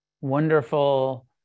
wonderful